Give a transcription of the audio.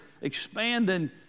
expanding